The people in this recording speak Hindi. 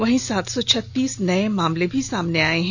वहीं सात सौ छत्तीस नए मामले भी सामने आए हैं